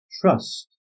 trust